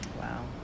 Wow